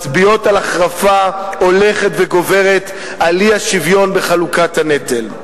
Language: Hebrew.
מצביעות על החרפה הולכת וגוברת של האי-שוויון בחלוקת הנטל.